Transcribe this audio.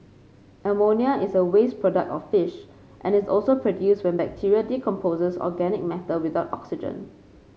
ammonia is a waste product of fish and is also produced when bacteria decomposes organic matter without oxygen